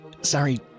Sorry